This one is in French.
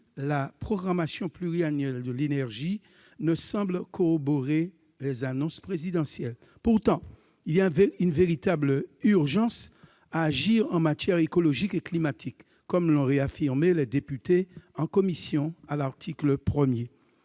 la programmation pluriannuelle de l'énergie, la PPE, ne semblent corroborer les annonces présidentielles. Pourtant, il y a une véritable urgence à agir en matière écologique et climatique, comme l'ont réaffirmé en commission les